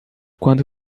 quando